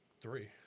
three